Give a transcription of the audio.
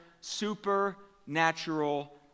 supernatural